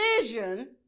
vision